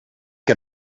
que